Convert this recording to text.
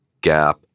Gap